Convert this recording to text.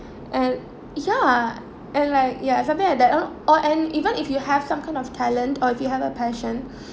and ya and like ya something like that or and even if you have some kind of talents or if you have a passion